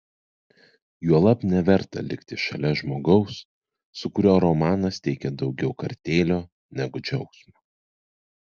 juolab neverta likti šalia žmogaus su kuriuo romanas teikia daugiau kartėlio negu džiaugsmo